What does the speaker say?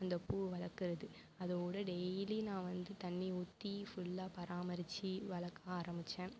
இந்த பூ வளர்க்குறது அதோட டெய்லி நான் வந்து தண்ணியை ஊற்றி ஃபுல்லாக பராமரிச்சு வளர்க்க ஆரம்மிச்சேன்